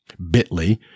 bitly